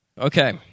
Okay